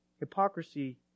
Hypocrisy